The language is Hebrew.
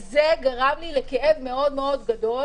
וזה גרם לי לכאב מאוד מאוד גדול,